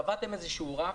קבעתם רף